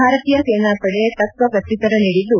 ಭಾರತೀಯ ಸೇನಾ ಪಡೆ ತಕ್ಕ ಪ್ರತಿಯುತ್ತರ ನೀಡಿದ್ದು